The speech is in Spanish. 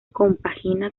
compagina